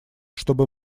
чтобы